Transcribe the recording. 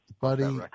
Buddy